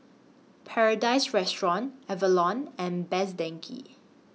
Paradise Restaurant Avalon and Best Denki